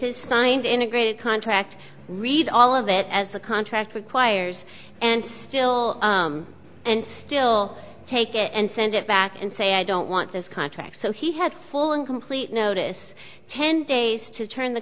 his signed integrated contract read all of it as the contract requires and still and still take it and send it back and say i don't want this contract so he had full and complete notice ten days to turn the